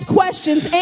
questions